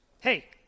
hey